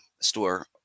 store